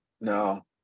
no